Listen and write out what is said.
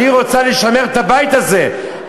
אני רוצה לשמר את הבית הזה.